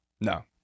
No